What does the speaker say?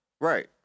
right